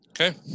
Okay